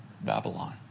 babylon